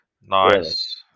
Nice